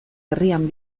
herrian